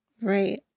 right